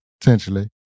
Potentially